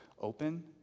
open